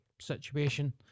situation